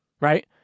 right